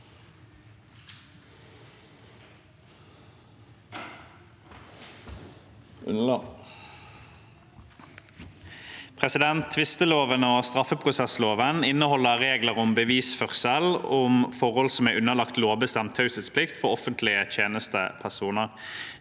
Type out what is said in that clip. Tvistelo- ven og straffeprosessloven inneholder regler om bevisførsel og om forhold som er underlagt lovbestemt taushetsplikt for offentlige tjenestepersoner.